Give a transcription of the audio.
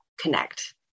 connect